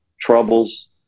troubles